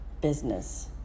business